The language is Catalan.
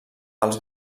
els